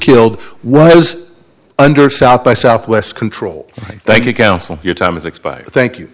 i was under south by southwest control thank you counsel your time is expired thank you